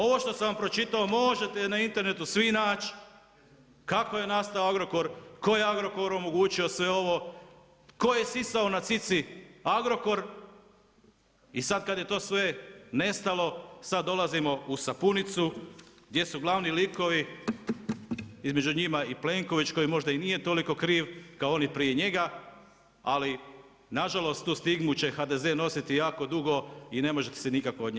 Ovo što sam vam pročitao, možete na internetu svi naći, kako je nastao Agrokor, tko je Agrokoru omogućio sve ovo, tko je sisao na cici Agrokor i sad kad je to sve nestalo, sad dolazimo u sapunicu, gdje su gl. likovi između njima i Plenković koji možda i nije toliko kriv kao oni prij njega, ali nažalost, tu stigmu će HDZ nositi jako dugo i ne može se od nje nikako obraniti.